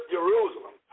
Jerusalem